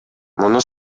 муну